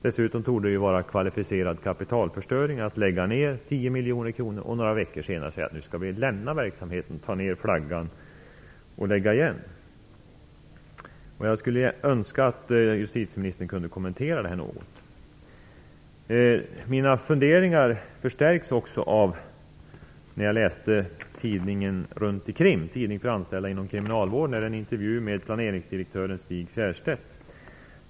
Dessutom torde det vara kvalificerad kapitalförstöring att satsa 10 miljoner kronor och några veckor senare säga att verksamheten skall läggas ned, flaggan halas och anläggningen slås igen. Jag skulle önska att justitieministern kunde kommentera detta något. Mina funderingar förstärktes när jag läste tidningen Runt i Krim, tidningen för anställda inom kriminalvården. Där finns en intervju med planeringsdirektören Stig Fjärstedt.